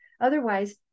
Otherwise